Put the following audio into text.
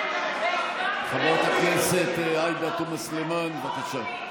חברת הכנסת עאידה תומא סלימאן, בבקשה.